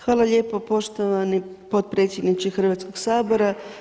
Hvala lijepo poštovani potpredsjedniče Hrvatskog sabora.